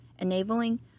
Enabling